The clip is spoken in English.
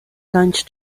lunch